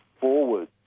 forward